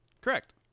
Correct